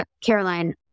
Caroline